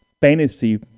fantasy